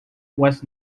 was